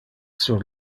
sur